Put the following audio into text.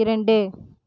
இரண்டு